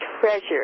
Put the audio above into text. treasure